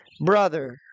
brother